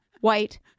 white